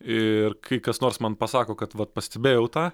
ir kai kas nors man pasako kad vat pastebėjau tą